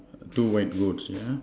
two white goats yeah